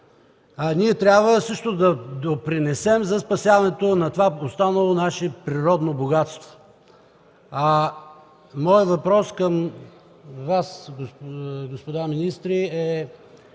Ние трябва също да допринесем за спасяването на това останало наше природно богатство. Моят въпрос към Вас, господа министри, е: